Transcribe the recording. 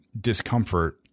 discomfort